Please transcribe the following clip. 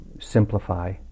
simplify